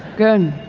good.